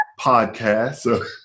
podcast